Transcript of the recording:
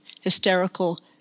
hysterical